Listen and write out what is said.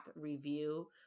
review